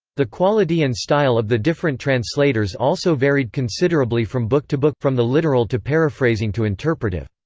the quality and style of the different translators also varied considerably from book to book, from the literal to paraphrasing to interpretative.